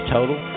Total